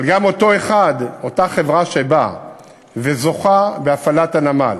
אבל גם אותה חברה שבאה וזוכה בהפעלת הנמל